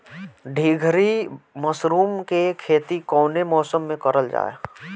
ढीघरी मशरूम के खेती कवने मौसम में करल जा?